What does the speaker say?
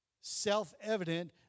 self-evident